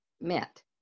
meant